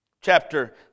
Chapter